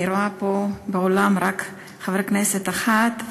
אני רואה פה באולם רק חבר כנסת אחד,